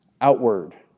outward